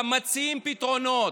גם מציעים פתרונות.